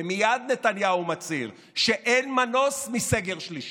ומייד נתניהו מצהיר שאין מנוס מסגר שלישי.